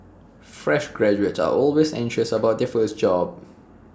fresh graduates are always anxious about their first job